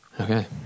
Okay